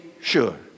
sure